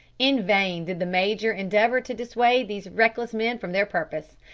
in vain did the major endeavour to dissuade these reckless men from their purpose.